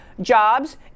jobs